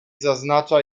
zaznacza